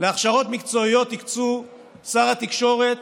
שר התקשורת,